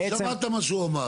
אבל שמעת את מה שהוא אמר.